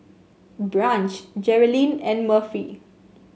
Branch Jerilyn and Murphy